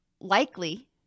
likely